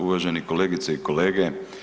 Uvažene kolegice i kolege.